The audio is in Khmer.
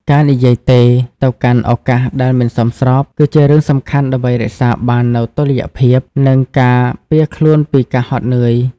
ការនិយាយ "ទេ" ទៅកាន់ឱកាសដែលមិនសមស្រប គឺជារឿងសំខាន់ដើម្បីរក្សាបាននូវតុល្យភាព និងការពារខ្លួនពីការហត់នឿយ។